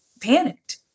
panicked